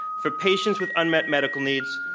for patients with unmet medical needs,